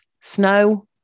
snow